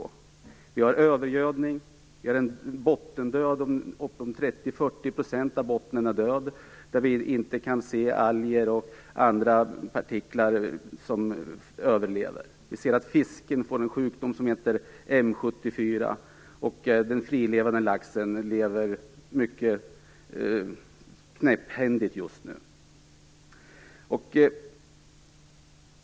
Det förekommer övergödning och bottendöd. Omkring 30-40 % av bottnen är död - där kan man inte se vare sig alger eller annat liv. Fisken drabbas av sjukdomen M 74, och den frilevande laxen har mycket svårt att klara sig just nu.